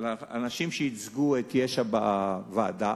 לאנשים שייצגו את יש"ע בוועדה,